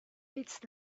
its